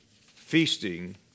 Feasting